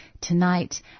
tonight